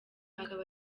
akaba